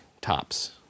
tops